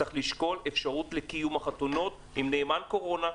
צריך לשקול אפשרות לקיים חתונות עם נאמן קורונה,